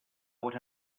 would